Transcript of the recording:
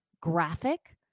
graphic